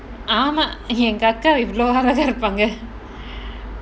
ஆமா எங்க அக்கா இவ்ளோ நல்லவங்களா இருகாங்க:aamaa enga akka ivlo nallavangalaa irukkaanga